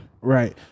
Right